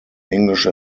english